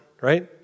right